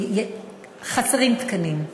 חסרים תקנים,